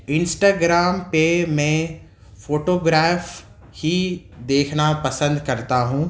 Instagram پہ میں photograph ہی دیکھنا پسند کرتا ہوں